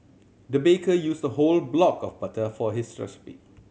the baker used a whole block of butter for this recipe